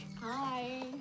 Hi